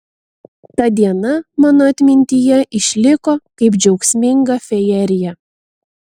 ta diena mano atmintyje išliko kaip džiaugsminga fejerija